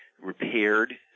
repaired